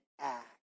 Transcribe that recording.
act